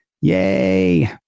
yay